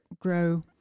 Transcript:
grow